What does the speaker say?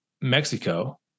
Mexico